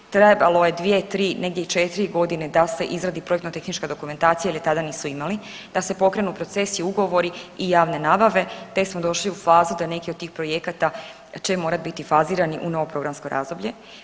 Trebalo je dvije, tri, negdje i četiri godine da se izradi projektno-tehnička dokumentacija jer je tada nisu imali, da se pokrenu procesi, ugovori i javne nabave te smo došli u fazu da neki od tih projekata će morati biti fazirani u novo programsko razdoblje.